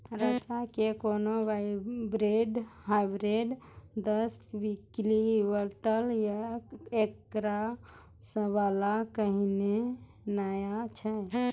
रेचा के कोनो हाइब्रिड दस क्विंटल या एकरऽ वाला कहिने नैय छै?